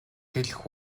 хэлэх